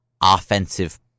offensive